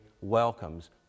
welcomes